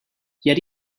yet